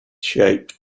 shape